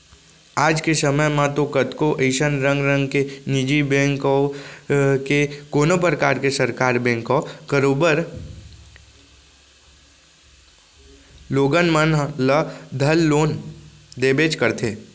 आज के समे म तो कतको अइसन रंग रंग के निजी बेंक कव के कोनों परकार के सरकार बेंक कव करोबर लोगन मन ल धर लोन देबेच करथे